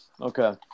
Okay